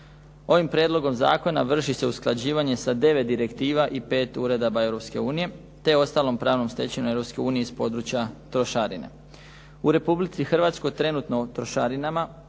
Ovim prijedlogom zakona vrši se usklađivanje sa devet direktiva i pet uredaba Europske unije te ostalom pravnom stečevinom Europske unije iz područja trošarine. U Republici Hrvatskoj trenutno o trošarinama,